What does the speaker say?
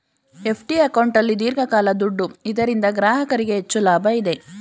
FD ಅಕೌಂಟಲ್ಲಿ ದೀರ್ಘಕಾಲ ದುಡ್ಡು ಇದರಿಂದ ಗ್ರಾಹಕರಿಗೆ ಹೆಚ್ಚು ಲಾಭ ಇದೆ